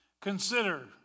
Consider